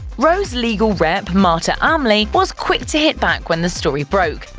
rowe's legal rep marta almli was quick to hit back when the story broke,